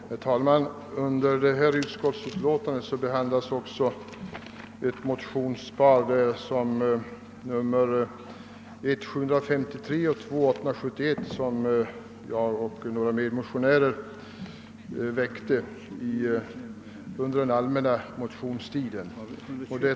Herr talman! Under denna punkt behandlas också motionsparet 1: 753 och II: 871 som jag och några medmotionärer väckte under den allmänna motionstiden.